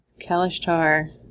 Kalishtar